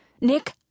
Nick